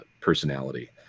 personality